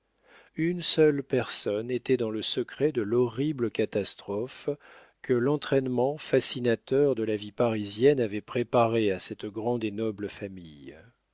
une seule personne était dans le secret de l'horrible catastrophe que l'entraînement fascinateur de la vie parisienne avait préparé à cette grande et noble famille